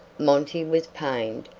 monty was pained,